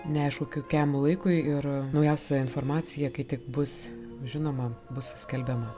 neaišku kokiam laikui ir naujausia informacija kai tik bus žinoma bus skelbiama